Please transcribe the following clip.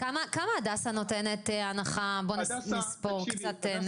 כמה בית חולים הדסה נותן הנחה, בוא נספר קצת.